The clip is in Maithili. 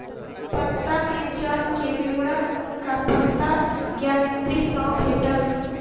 पत्ता में जल के विवरण हुनका पत्ता ज्ञानेंद्री सॅ भेटल